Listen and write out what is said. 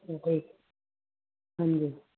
ਕੋਈ ਹਾਂਜੀ